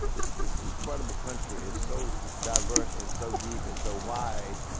this this incredible country is so diverse and so deep and so wide,